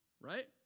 right